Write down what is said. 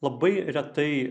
labai retai